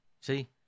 See